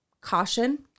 caution